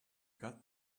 got